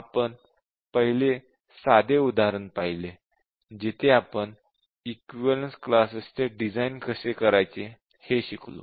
आपण पहिले साधे उदाहरण पाहिले जिथे आपण इक्विवलेन्स क्लासेस चे डिझाइन कसे करायचे हे शिकलो